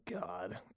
God